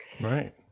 Right